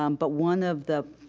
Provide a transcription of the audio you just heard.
um but one of the,